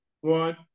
One